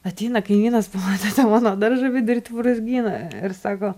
ateina kaimynas pamatęs tą mano daržą vidury to brūzgyno ir sako